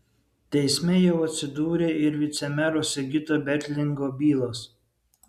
teisme jau atsidūrė ir vicemero sigito bertlingo bylos